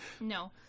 No